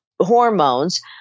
hormones